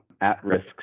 at-risk